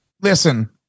listen